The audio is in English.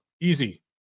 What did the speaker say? easy